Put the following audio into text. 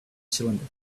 cylinder